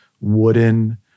wooden